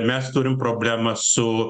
mes turim problemą su